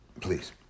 please